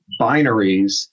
binaries